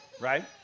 Right